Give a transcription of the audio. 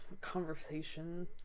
conversation